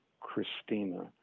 Christina